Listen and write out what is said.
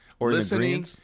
listening